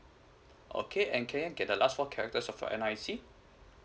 okay and can I get the last four characters of your N_R_I_C